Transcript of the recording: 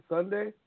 Sunday